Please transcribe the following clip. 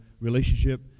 relationship